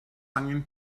angen